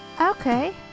Okay